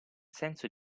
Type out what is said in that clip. senso